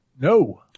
No